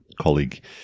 colleague